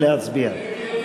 נא להצביע.